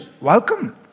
Welcome